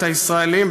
את הישראלים,